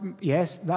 yes